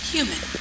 Human